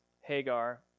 Hagar